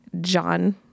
John